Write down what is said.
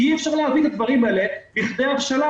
אי-אפשר להביא את הדברים האלה לכדי הבשלה.